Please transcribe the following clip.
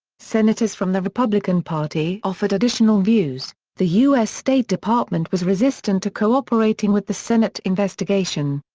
senators from the republican party offered additional views the u s. state department was resistant to cooperating with the senate investigation.